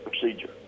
procedure